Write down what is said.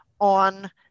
on